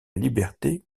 liberté